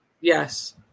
Yes